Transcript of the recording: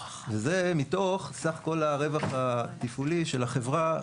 זה מתוך סך כל הרווח התפעולי של החברה,